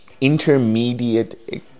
intermediate